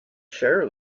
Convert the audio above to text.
share